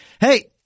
Hey